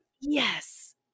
Yes